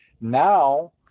now